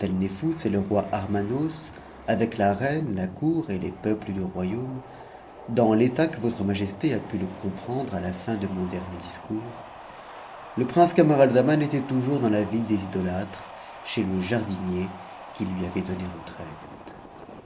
le roi armanos avec la reine la cour et les peuples du royaume dans l'état que votre majesté a pu f comprendre à la fin de mon dernier discours le prince camaralzaman était toujours dans la ville des idolâtres chez le jardinier qui lui avait donné retraite